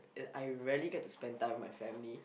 uh I rarely get to spend time with my family